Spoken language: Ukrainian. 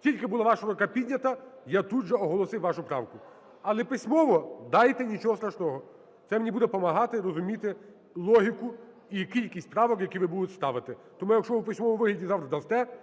Тільки була ваша рука піднята, я тут же оголосив вашу правку. Але письмово дайте, нічого страшного. Це мені буде помагати розуміти логіку і кількість правок, які ви будете ставити. Тому якщо ви у письмовому вигляді завтра дасте,